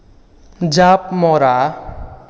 জাঁপ মৰা